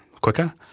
quicker